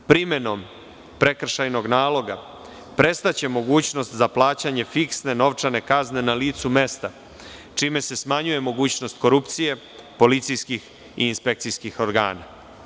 Primenom prekršajnog naloga prestaće mogućnost za plaćanje fiksne novčane kazne na licu mesta, čime se smanjuje mogućnost korupcije policijskih i inspekcijskih organa.